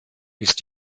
ist